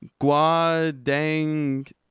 Guadang